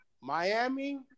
Miami